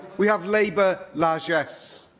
we have labour largesse.